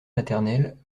maternel